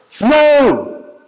No